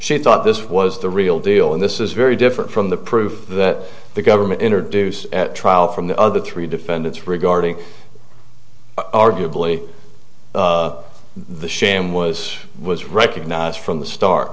she thought this was the real deal and this is very different from the proof that the government introduced at trial from the other three defendants regarding arguably the sham was was recognize from the start